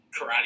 karate